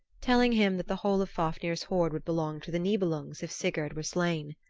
telling him that the whole of fafnir's hoard would belong to the nibelungs if sigurd were slain.